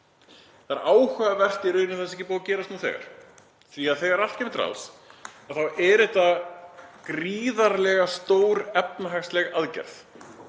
Það er áhugavert í rauninni að það sé ekki búið að gerast nú þegar, því að þegar allt kemur til alls þá er það gríðarlega stór efnahagsleg aðgerð